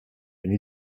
wenn